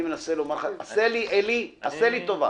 עשה לי טובה.